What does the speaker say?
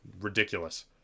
ridiculous